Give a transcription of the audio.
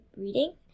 reading